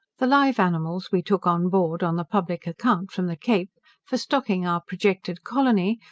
the live animals we took on board on the public account from the cape, for stocking our projected colony,